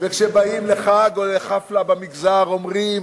וכשבאים לחג או לחפלה במגזר אומרים,